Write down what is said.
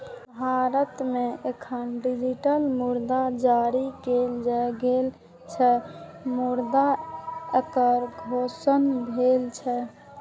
भारत मे एखन डिजिटल मुद्रा जारी नै कैल गेल छै, मुदा एकर घोषणा भेल छै